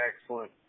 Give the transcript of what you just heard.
excellent